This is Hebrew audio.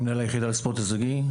מנהל היחידה לספורט הישגי.